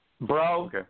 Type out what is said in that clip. Bro